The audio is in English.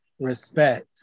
respect